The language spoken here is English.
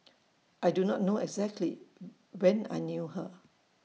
I do not know exactly when I knew her